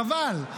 חבל.